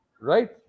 right